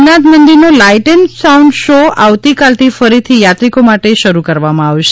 સોમનાથ મંદિરનો light and sound show આવતીકાલથી ફરીથી યાત્રિકો માટે શરૂ કરવામાં આવશે